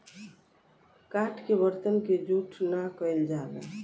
काठ के बरतन के जूठ ना कइल जाला